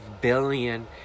billion